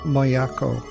Mayako